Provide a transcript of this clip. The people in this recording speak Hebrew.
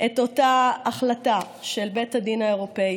את אותה החלטה של בית הדין האירופי.